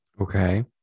Okay